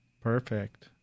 Perfect